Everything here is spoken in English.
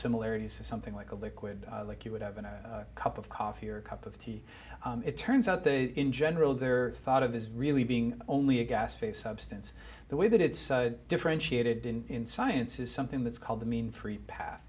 similarities to something like a liquid like you would of been a cup of coffee or a cup of tea it turns out they in general they're thought of as really being only a gas face substance the way that it's differentiated in science is something that's called the mean free path